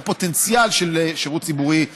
הפוטנציאל של מקרי שחיתות בשירות ציבורי.